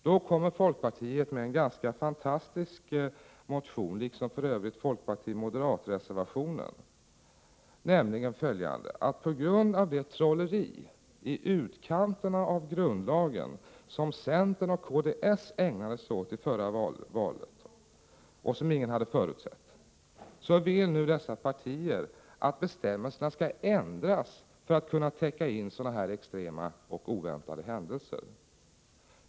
Då kommer folkpartiet med en ganska fantastisk motion — samma omdöme gäller för övrigt folkpartioch moderatreservationen. På grund av det trolleri i utkanten av grundlagen som centern och kds ägnade sig åt vid förra valet och som ingen hade förutsett, vill nu folkpartiet och moderaterna att bestämmelserna skall ändras för att man skall kunna täcka in sådana extrema och oväntade händelser.